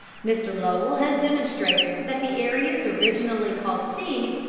mr lowell has demonstrated that the areas originally called seas,